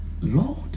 Lord